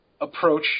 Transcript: approach